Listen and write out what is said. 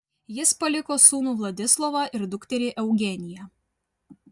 jis paliko sūnų vladislovą ir dukterį eugeniją